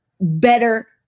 better